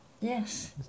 Yes